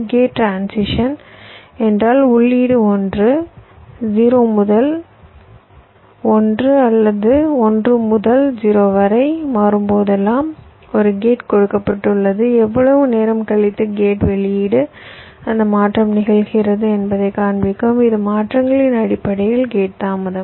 gate transition என்றால் உள்ளீடு ஒன்று 0 முதல் 1 அல்லது 1 முதல் 0 வரை மாறும்போதெல்லாம் ஒரு கேட் கொடுக்கப்படுகிறது எவ்வளவு நேரம் கழித்து கேட் வெளியீடு அந்த மாற்றம் நிகழ்கிறது என்பதைக் காண்பிக்கும் இது மாற்றங்களின் அடிப்படையில் கேட் தாமதம்